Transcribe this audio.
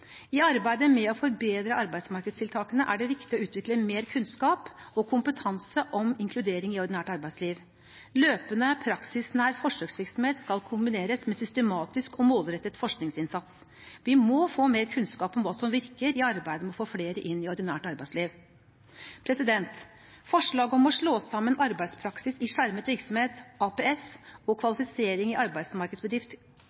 I arbeidet med å forbedre arbeidsmarkedstiltakene er det viktig å utvikle mer kunnskap og kompetanse om inkludering i ordinært arbeidsliv. Løpende praksisnær forsøksvirksomhet skal kombineres med systematisk og målrettet forskningsinnsats. Vi må få mer kunnskap om hva som virker i arbeidet med å få flere inn i ordinært arbeidsliv. Forslaget om å slå sammen Arbeidspraksis i skjermet virksomhet – APS – og Kvalifisering i